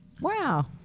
Wow